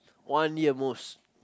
one year most